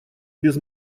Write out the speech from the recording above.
без